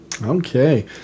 Okay